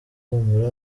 humura